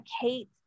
Kate